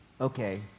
okay